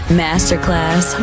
masterclass